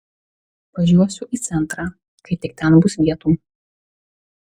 važiuosiu į centrą kai tik ten bus vietų